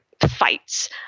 fights